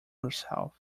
herself